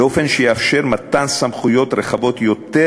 באופן שיאפשר מתן סמכויות רחבות יותר